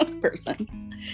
person